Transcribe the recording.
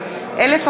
מנחם אליעזר מוזס,